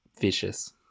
vicious